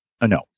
no